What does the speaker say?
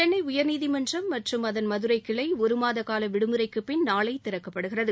சென்னை உயர்நீதிமன்றம் மற்றும் அதன் மதுரை கிளை ஒருமாத கால விடுமுறைக்கு பின் நாளை திறக்கப்படுகிறது